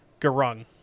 Garung